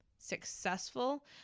successful